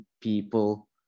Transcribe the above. people